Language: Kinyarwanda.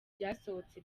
byasohotse